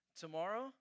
tomorrow